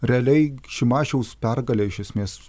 realiai šimašiaus pergalė iš esmės